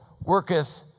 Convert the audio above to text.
worketh